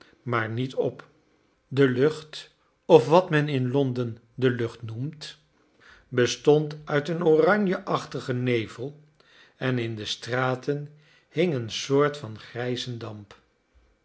maar niet op de lucht of wat men in londen de lucht noemt bestond uit een oranjeachtigen nevel en in de straten hing eene soort van grijzen damp